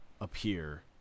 appear